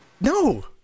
No